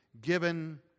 given